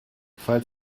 falls